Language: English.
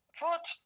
foot